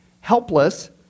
helpless